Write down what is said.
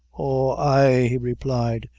oh, ay, he replied,